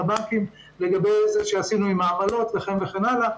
הבנקים לגבי מה שעשינו עם העמלות וכן הלאה.